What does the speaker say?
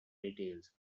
details